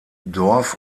dorf